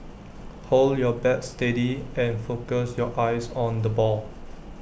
hold your bat steady and focus your eyes on the ball